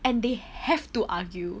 and they have to argue